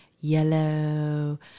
yellow